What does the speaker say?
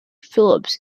phillips